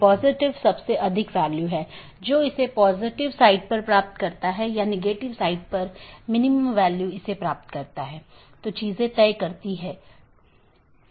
अब ऑटॉनमस सिस्टमों के बीच के लिए हमारे पास EBGP नामक प्रोटोकॉल है या ऑटॉनमस सिस्टमों के अन्दर के लिए हमारे पास IBGP प्रोटोकॉल है अब हम कुछ घटकों को देखें